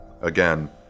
Again